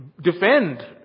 defend